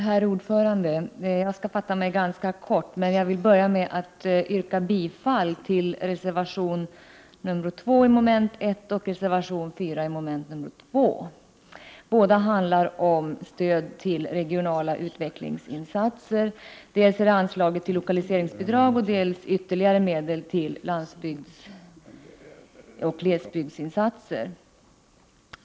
Herr talman! Jag skall fatta mig ganska kort. Jag vill börja med att yrka bifall till reservationerna 2 och 4. Båda reservationerna handlar om stöd till regionala utvecklingsinsatser. Dels gäller det anslaget till lokaliseringsbidrag, dels gäller det ytterligare medel till landsbygdsoch glesbygdsinsatser.